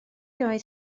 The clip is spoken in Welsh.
oedd